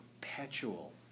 perpetual